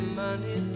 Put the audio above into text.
money